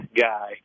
guy